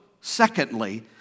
secondly